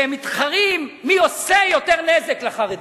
שהם מתחרים מי עושה יותר נזק לחרדים.